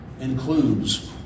includes